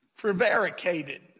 prevaricated